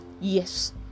Yes